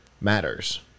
matters